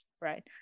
right